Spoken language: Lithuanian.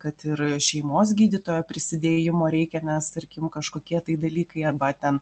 kad ir šeimos gydytojo prisidėjimo reikia nes tarkim kažkokie tai dalykai arba ten